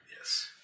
Yes